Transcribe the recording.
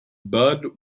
bud